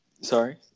Sorry